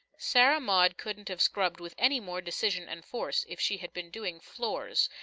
sarah maud couldn't have scrubbed with any more decision and force if she had been doing floors,